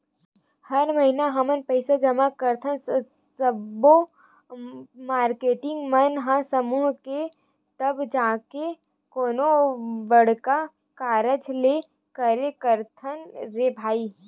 हर महिना हमन पइसा जमा करथन सब्बो मारकेटिंग मन ह समूह के तब जाके कोनो बड़का कारज ल करे सकथन रे भई